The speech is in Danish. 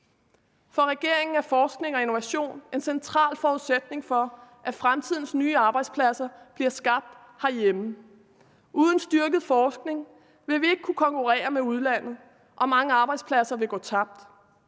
For regeringen er forskning og innovation en central forudsætning for, at fremtidens nye arbejdspladser bliver skabt herhjemme. Uden styrket forskning vil vi ikke kunne konkurrere med udlandet, og mange arbejdspladser vil gå tabt.